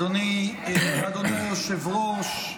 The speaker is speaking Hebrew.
אדוני היושב-ראש,